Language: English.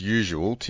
usual